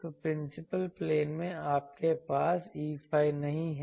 तो principal plane में आपके पास Eϕ नहीं है